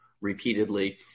repeatedly